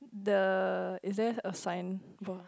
the is there a sign or